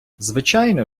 звичайно